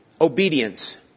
Obedience